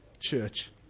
church